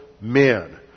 men